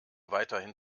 weiterhin